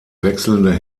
wechselnde